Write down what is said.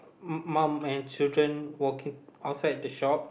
mum and children walking outside the shop